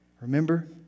Remember